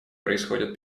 происходят